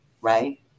Right